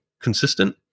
consistent